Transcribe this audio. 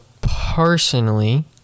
personally